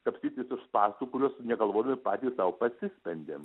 kapstytis iš spąstų kuriuos negalvodami patys sau pasispendėm